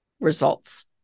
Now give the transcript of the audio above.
results